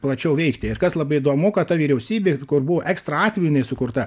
plačiau veikti ir kas labai įdomu kad ta vyriausybė kur buvo ekstra atveju sukurta